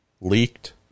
leaked